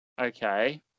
Okay